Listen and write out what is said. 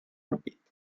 ampit